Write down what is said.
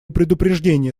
предупреждения